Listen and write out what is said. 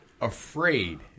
afraid